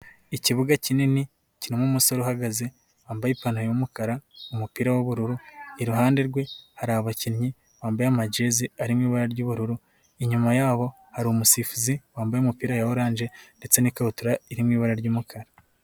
Ikibuga kinini kirimo umusore uhagaze, wambaye ipantaro y'umukara, umupira w'ubururu, iruhande rwe hari abakinnyi bambaye ama jezi ari mu ibara ry'ubururu, inyuma yabo hari umusifuzi wambaye umupira wa orange ndetse n'ikabutura iri mu ibara ry'umukara.